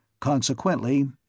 Consequently